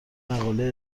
مقاله